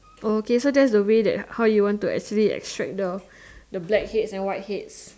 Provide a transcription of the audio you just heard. okay so that's the way that how you actually want to extract the blackheads and whiteheads